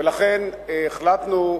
ולכן החלטנו,